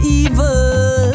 evil